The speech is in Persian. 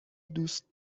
دوست